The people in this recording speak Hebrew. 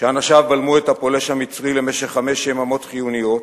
שאנשיו בלמו את הפולש המצרי חמש יממות חיוניות.